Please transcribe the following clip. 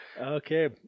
Okay